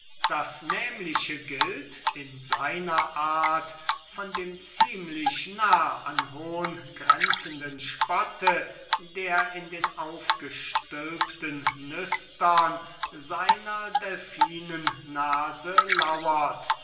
das nehmliche gilt in seiner art von dem ziemlich nah an hohn grenzenden spotte der in den aufgestülpten nüstern seiner delfinen nase lauert